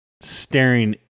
staring